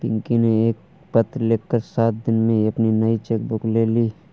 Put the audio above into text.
पिंकी ने पत्र लिखकर सात दिन में ही अपनी नयी चेक बुक ले ली